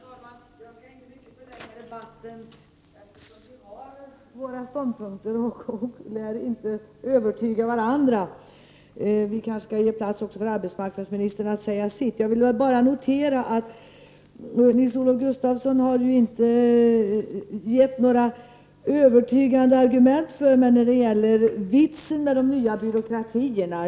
Herr talman! Jag skall inte förlänga debatten mycket. Vi har våra ståndpunkter och lär inte kunna övertyga varandra. Vi bör kanske också ge arbetsmarknadsministern möjlighet att säga någonting. Jag vill bara notera att Nils-Olof Gustafsson inte har gett några övertygande argument när det gäller vitsen med de nya byråkratierna.